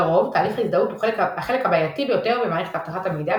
לרוב תהליך ההזדהות הוא החלק הבעייתי ביותר במערכת אבטחת המידע,